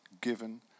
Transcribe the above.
given